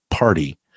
party